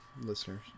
listeners